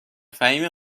فهیمه